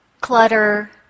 clutter